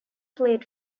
played